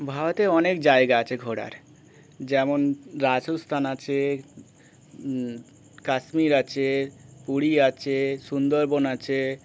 ভারতে অনেক জায়গা আছে ঘোরার যেমন রাজস্থান আছে কাশ্মীর আছে পুরী আছে সুন্দরবন আছে